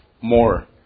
more